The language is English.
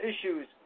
issues